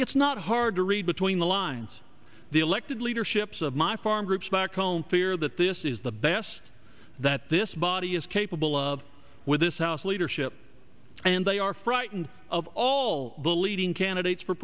it's not hard to read between the lines the elected leadership of my farm groups back home fear that this is the best that this body is capable of with this house leadership and they are frightened of all the leading candidates for